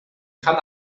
kann